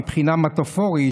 מבחינה מטאפורית,